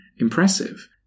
impressive